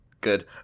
Good